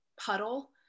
puddle